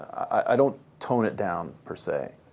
i don't tone it down, per se,